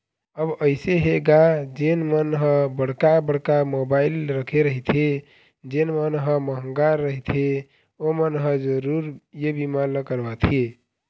अब अइसे हे गा जेन मन ह बड़का बड़का मोबाइल रखे रहिथे जेन मन ह मंहगा रहिथे ओमन ह जरुर ये बीमा ल करवाथे